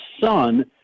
son